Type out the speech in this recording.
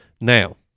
Now